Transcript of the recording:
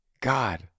God